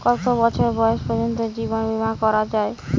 কত বছর বয়স পর্জন্ত জীবন বিমা করা য়ায়?